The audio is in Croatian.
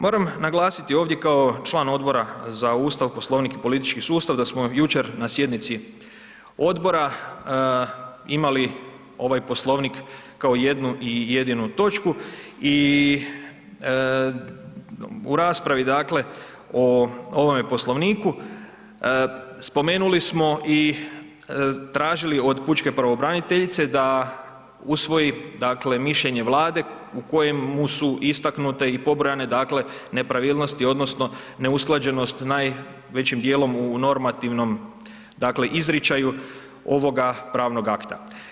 Moram naglasiti ovdje kao član Odbora za Ustav, Poslovnik i politički sustav da smo jučer na sjednici odbora imali ovaj Poslovnik kao jednu i jedinu točku i u raspravi, dakle o ovome Poslovniku spomenuli smo i tražili od pučke pravobraniteljice da usvoji, dakle mišljenje Vlade u kojemu su istaknute i pobrojane, dakle nepravilnosti odnosno neusklađenost najvećim dijelom u normativnom, dakle izričaju ovoga pravnog akta.